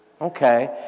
Okay